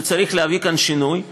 שצריך להביא כאן שינוי.